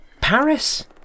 Paris